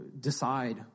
decide